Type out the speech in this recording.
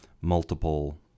multiple